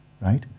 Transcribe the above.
right